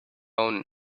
own